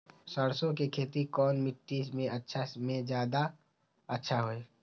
सरसो के खेती कौन मिट्टी मे अच्छा मे जादा अच्छा होइ?